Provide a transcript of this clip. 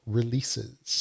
Releases